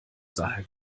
daher